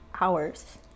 hours